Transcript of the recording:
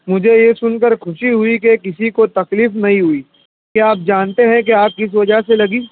مجھے یہ سُن کر خوشی ہوئی کہ کسی کو تکلیف نہیں ہوئی کیا آپ جانتے ہیں کہ آگ کس وجہ سے لگی